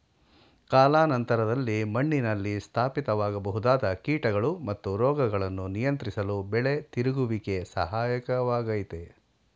ಕಾಲಾನಂತರದಲ್ಲಿ ಮಣ್ಣಿನಲ್ಲಿ ಸ್ಥಾಪಿತವಾಗಬಹುದಾದ ಕೀಟಗಳು ಮತ್ತು ರೋಗಗಳನ್ನು ನಿಯಂತ್ರಿಸಲು ಬೆಳೆ ತಿರುಗುವಿಕೆ ಸಹಾಯಕ ವಾಗಯ್ತೆ